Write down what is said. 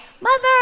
mother